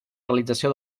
realització